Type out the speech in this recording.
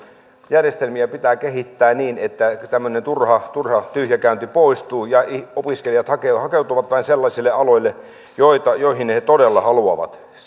järjestelmiä pitää kehittää niin että tämmöinen turha turha tyhjäkäynti poistuu ja opiskelijat hakeutuvat vain sellaisille aloille joihin he todella haluavat